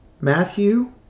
Matthew